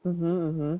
mmhmm mmhmm